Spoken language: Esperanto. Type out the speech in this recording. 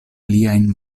liajn